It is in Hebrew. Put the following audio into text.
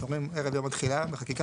כשאומרים ערב יום התחילה בחקיקה,